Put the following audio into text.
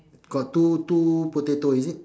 got two two potato is it